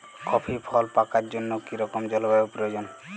Coffee ফল পাকার জন্য কী রকম জলবায়ু প্রয়োজন?